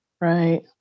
right